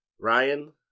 Ryan